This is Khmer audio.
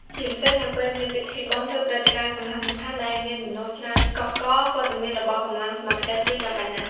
ជាពិសេស នៅពេលមានពិធីបុណ្យ ឬព្រឹត្តិការណ៍សំខាន់ៗ ដែលមានមនុស្សច្រើនកុះករ វត្តមានរបស់កម្លាំងសមត្ថកិច្ចគឺចាំបាច់ណាស់។